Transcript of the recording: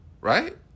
Right